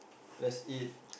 let's eat